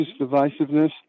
divisiveness